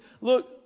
look